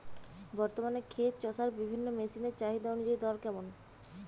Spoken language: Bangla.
বর্তমানে ক্ষেত চষার বিভিন্ন মেশিন এর চাহিদা অনুযায়ী দর কেমন?